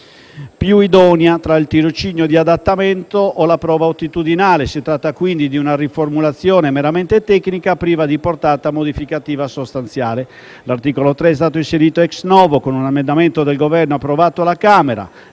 più idonea, tra il tirocinio di adattamento o la prova attitudinale. Si tratta quindi di una riformulazione meramente tecnica, priva di portata modificativa sostanziale. L'articolo 3, inserito *ex novo* con un emendamento del Governo approvato alla Camera